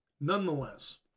Nonetheless